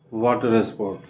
water a sport